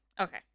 Okay